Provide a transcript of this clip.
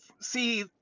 see